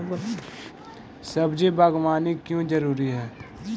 सब्जी बागवानी क्यो जरूरी?